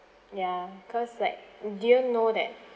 ya cause like do you know that